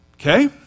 Okay